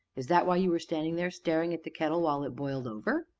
is that why you were standing there staring at the kettle while it boiled over?